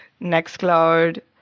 NextCloud